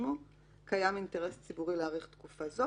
שיירשמו קיים אינטרס ציבורי להאריך תקופה זו,